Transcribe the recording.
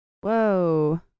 Whoa